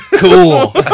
cool